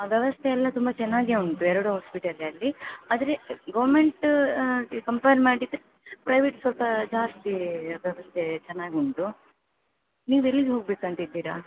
ವ್ಯವಸ್ಥೆಯೆಲ್ಲ ತುಂಬ ಚೆನ್ನಾಗೇ ಉಂಟು ಎರಡೂ ಹಾಸ್ಪಿಟಲಲ್ಲಿ ಆದರೆ ಗೌರ್ಮೆಂಟ್ಗೆ ಕಂಪೇರ್ ಮಾಡಿದರೆ ಪ್ರೈವೇಟ್ ಸ್ವಲ್ಪ ಜಾಸ್ತಿ ವ್ಯವಸ್ಥೆ ಚೆನ್ನಾಗಿ ಉಂಟು ನೀವೆಲ್ಲಿಗೆ ಹೋಗಬೇಕಂತಿದ್ದೀರಾ